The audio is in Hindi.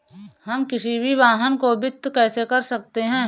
हम किसी भी वाहन को वित्त कैसे कर सकते हैं?